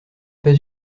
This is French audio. pas